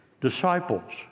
disciples